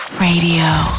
radio